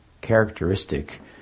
characteristic